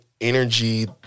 energy